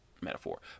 metaphor